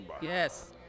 Yes